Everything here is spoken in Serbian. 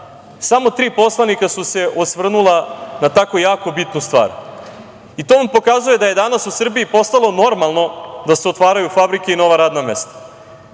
samo tri poslanika su se osvrnula na tako jako bitnu stvar. To vam pokazuje da je danas u Srbiji postalo normalno da se otvaraju fabrike i nova radna mesta,